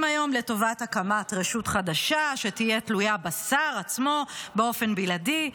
היום לטובת הקמת רשות חדשה שתהיה תלויה בשר עצמו באופן בלעדי,